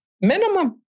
Minimum